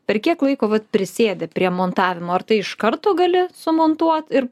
per kiek laiko prisėdi prie montavimo ar tai iš karto gali sumontuot ir